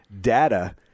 data